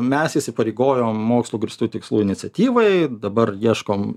mes įsipareigojom mokslu grįstu tikslu iniciatyvai dabar ieškom